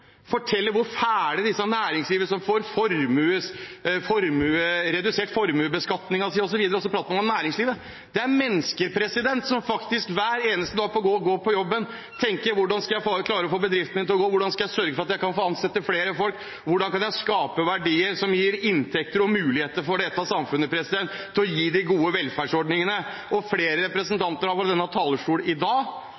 hvor fæle disse næringslivsfolkene er, som får redusert formuesbeskatningen sin, osv. Næringslivet, det er mennesker som hver eneste dag går på jobben og tenker: Hvordan skal jeg klare å få bedriften min til å gå? Hvordan kan jeg sørge for å få ansatt flere? Hvordan kan jeg skape verdier som gir inntekter og muligheter for dette samfunnet til å gi de gode velferdsordningene? Flere